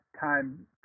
time